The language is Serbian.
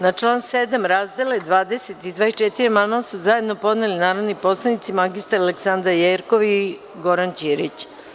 Na član 7. razdele 20. i 24, amandman su zajedno podneli narodni poslanici mr Aleksandra Jerkov i Goran Ćirić.